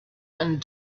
and